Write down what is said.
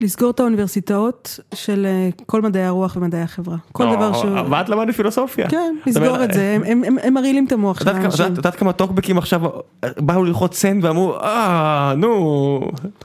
לסגור את האוניברסיטאות של כל מדעי הרוח ומדעי החברה. ואת למדת פילוסופיה. כן, לסגור את זה, הם מרעילים את המוח של האנשים. אתה יודעת כמה טוקבקים עכשיו באו ללחוץ send ואמרו, אה, נו.